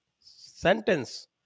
sentence